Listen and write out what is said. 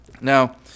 Now